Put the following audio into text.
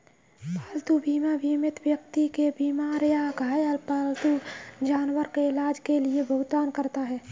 पालतू बीमा बीमित व्यक्ति के बीमार या घायल पालतू जानवर के इलाज के लिए भुगतान करता है